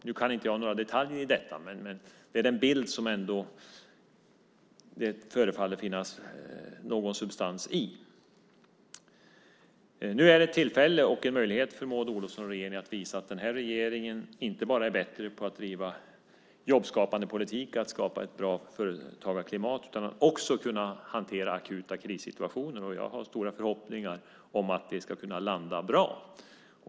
Jag kan inte några detaljer i detta, men det är den bild som det förefaller finnas viss substans i. Nu är det ett tillfälle och en möjlighet för Maud Olofsson och regeringen att visa att den här regeringen inte bara är bättre på att driva jobbskapande politik och skapa ett bra företagarklimat utan att man också kan hantera akuta krissituationer. Jag har stora förhoppningar om att det ska kunna landa bra.